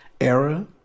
era